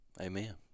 Amen